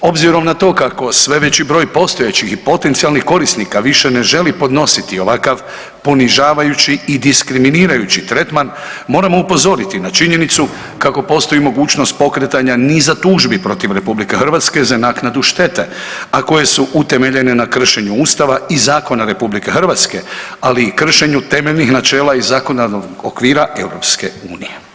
Obzirom na to kako sve veći broj postojećih i potencijalnih korisnika više ne želi podnositi ovakav ponižavajući i diskriminirajući tretman moramo upozoriti na činjenicu kako postoji mogućnost pokretanja niza tužbi protiv RH za naknadu štete, a koje su utemeljene na kršenju Ustava i zakona RH, ali i kršenju temeljnih načela i zakonodavnog okvira EU.